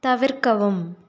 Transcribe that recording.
தவிர்க்கவும்